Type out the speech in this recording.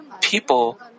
People